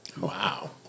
Wow